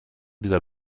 dieser